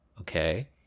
Okay